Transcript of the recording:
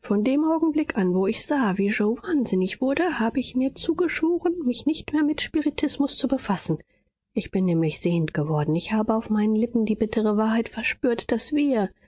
von dem augenblick an wo ich sah wie yoe wahnsinnig wurde habe ich mir zugeschworen mich nicht mehr mit spiritismus zu befassen ich bin nämlich sehend geworden ich habe auf meinen lippen die bittere wahrheit verspürt daß wir